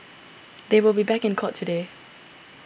they will be back in court today